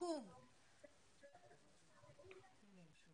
המון המון דברים,